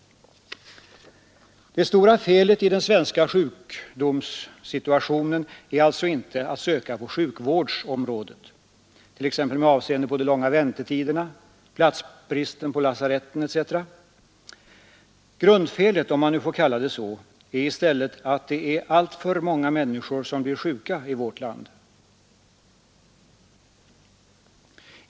Det stora felet i den svenska sjukdomssituationen är alltså inte att söka på sjukvårdsområdet, t.ex. med avseende på de långa väntetiderna, platsbristen på lasaretten etc. Grundfelet — om man nu får kalla det så — är i stället att det är alltför många människor som blir sjuka i vårt land.